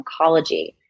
oncology